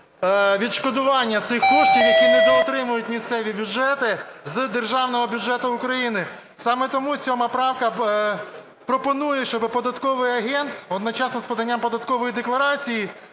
відшкодування цих коштів, які недоотримують місцеві бюджети з державного бюджету України. Саме тому 7 правка пропонує, щоб податковий агент одночасно з поданням податкової декларації